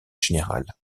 générale